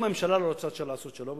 אם הממשלה לא רוצה לעשות שלום,